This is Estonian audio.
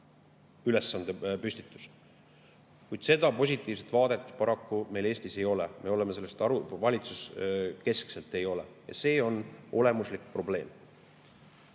ülesandepüstitus. Kuid seda positiivset vaadet paraku meil Eestis ei ole, valitsuskeskselt ei ole. Ja see on olemuslik probleem.